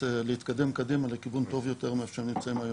להתקדם קדימה לכיוון טוב יותר ממה שהם נמצאים היום.